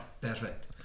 Perfect